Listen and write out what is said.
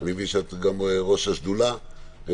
אני מבין שאת גם ראש השדולה למען